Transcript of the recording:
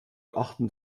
achten